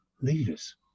leaders